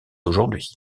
d’aujourd’hui